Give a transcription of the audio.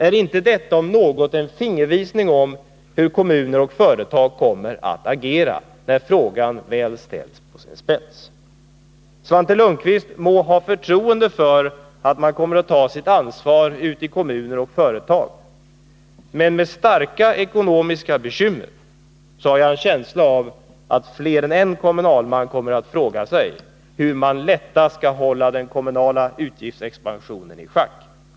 Är inte detta om något en fingervisning om hur kommuner och företag kommer att agera när frågan väl ställs på sin spets? Svante Lundkvist må ha förtroende för att man ute i kommuner och företag kommer att ta sitt ansvar. Men med tanke på kommunernas starka ekonomiska bekymmer har jag en känsla av att fler än en kommunalman kommer att fråga sig hur man lättast skall hålla den kommunala utgiftsexpansionen i schack.